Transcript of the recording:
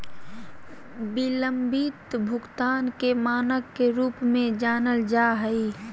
बिलम्बित भुगतान के मानक के रूप में जानल जा हइ